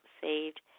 saved